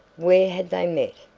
where had they met?